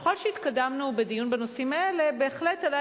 ככל שהתקדמנו בדיון בנושאים האלה בהחלט עלה